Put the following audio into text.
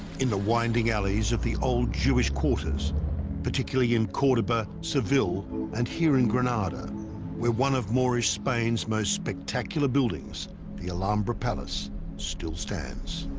in the winding alleys of the old jewish quarters particularly in cordoba seville and here in granada where one of moorish spain's most spectacular buildings the alhambra palace still stands.